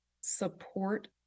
support